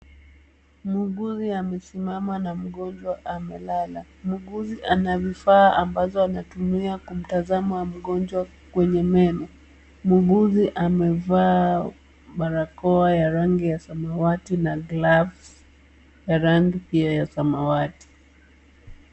Muuguzi amesimama na mgonjwa amelala. Muuguzi anavifaa ambazo anatumia kumtazama mgonjwa kwenye meno. Muuguzi amevaa barakoa ya rangi ya samawati na gloves ya rangi pia ya samawati.